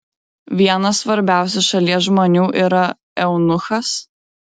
vienas svarbiausių šalies žmonių yra eunuchas